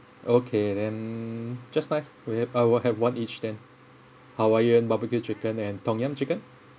okay then just nice we ha~ I will have one each then hawaiian barbecue chicken and tom-yum chicken